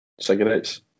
cigarettes